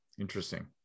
interesting